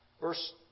Verse